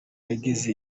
yageze